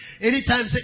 Anytime